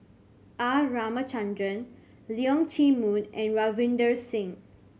R Ramachandran Leong Chee Mun and Ravinder Singh